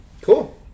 Cool